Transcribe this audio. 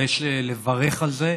ויש לברך על זה,